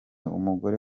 umugore